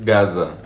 Gaza